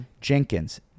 Jenkins